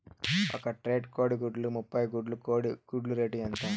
ఒక ట్రే కోడిగుడ్లు ముప్పై గుడ్లు కోడి గుడ్ల రేటు ఎంత?